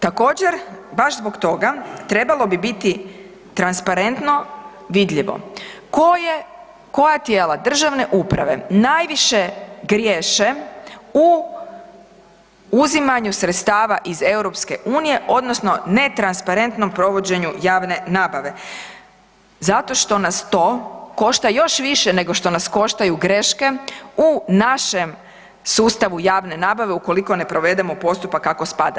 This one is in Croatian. Također baš zbog toga trebalo bi biti transparentno vidljivo koja tijela državne uprave najviše griješe u uzimanju sredstava iz EU odnosno netransparentnom provođenju javne nabave, zato što nas to košta još više nego što nas koštaju greške u našem sustavu javne nabave ukoliko ne provedemo postupak kako spada.